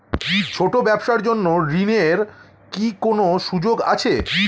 ছোট ব্যবসার জন্য ঋণ এর কি কোন সুযোগ আছে?